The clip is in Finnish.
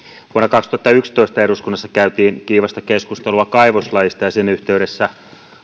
kaksituhattayksitoista eduskunnassa käytiin kiivasta keskustelua kaivoslaista ja sen yhteydessä